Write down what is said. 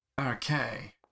Okay